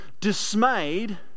Dismayed